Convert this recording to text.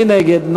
מי נגד?